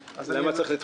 למה צריך לדחות?